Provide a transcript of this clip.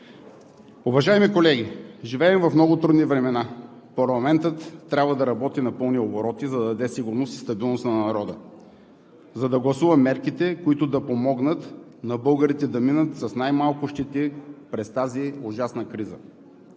Уважаеми колеги, живеем в много трудни времена. Парламентът трябва да работи на пълни обороти, за да даде сигурност и стабилност на народа; за да гласува мерките, които да помогнат на българите да минат с най-малко щети през тази ужасна криза.